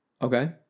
okay